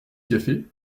café